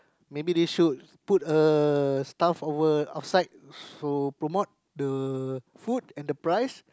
maybe they should put a staff over outside to promote the food and the price